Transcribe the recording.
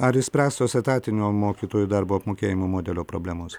ar išspręstos etatinio mokytojų darbo apmokėjimo modelio problemos